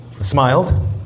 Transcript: smiled